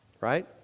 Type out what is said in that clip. right